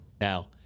now